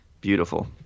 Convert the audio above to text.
Beautiful